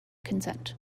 consent